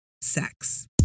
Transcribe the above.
sex